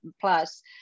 Plus